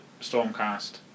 Stormcast